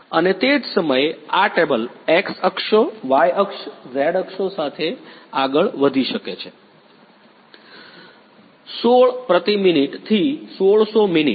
અને તે જ સમયે આ ટેબલ x અક્ષો વાય અક્ષ ઝેડ અક્ષો સાથે આગળ વધી શકે છે પ્રતિ મિનીટ થી 1600 મિનિટ